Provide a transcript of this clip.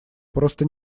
просто